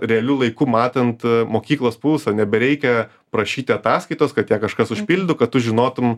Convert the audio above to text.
realiu laiku matant mokyklos pulsą nebereikia prašyti ataskaitos kad ją kažkas užpildytų kad tu žinotum